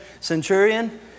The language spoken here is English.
Centurion